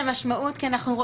משמעות.